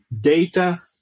data